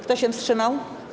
Kto się wstrzymał?